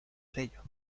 sello